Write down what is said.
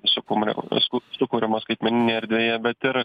sukūmaria tas ku sukuriamas skaitmeninėje erdvėje bet ir